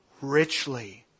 richly